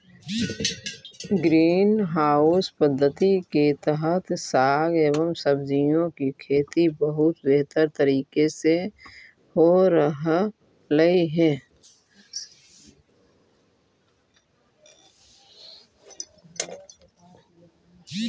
green house पद्धति के तहत साग एवं सब्जियों की खेती बहुत बेहतर तरीके से हो रहलइ हे